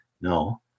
No